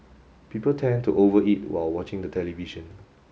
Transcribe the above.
people tend to over eat while watching the television